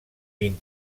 vint